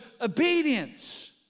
obedience